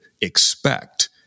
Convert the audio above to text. expect